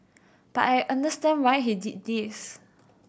but I understand why he did this